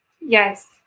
Yes